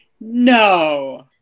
No